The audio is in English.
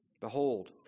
Behold